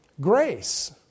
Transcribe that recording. grace